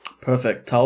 Perfect